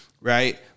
right